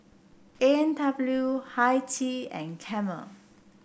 A and W Hi Tea and Camel